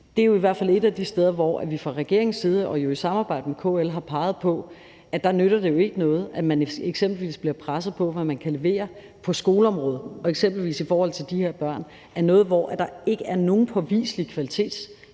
Det er jo i hvert fald et af de steder, hvor vi fra regeringens side og i samarbejde med KL har peget på, at det ikke nytter noget, at man eksempelvis bliver presset på, hvad man kan levere på skoleområdet. Og eksempelvis i forhold til de her børn er det noget, hvor der ikke er nogen påviselig